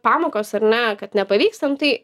pamokos ar ne kad nepavyksta nu tai